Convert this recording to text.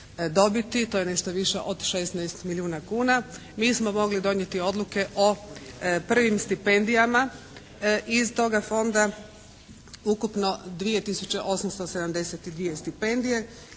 dobiti. To je nešto više od 16 milijuna kuna. Mi smo mogli donijeti odluke o prvim stipendijama iz toga fonda. Ukupno 2872 stipendije